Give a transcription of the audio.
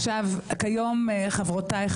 עכשיו כיום חברותי,